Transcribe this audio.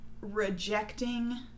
rejecting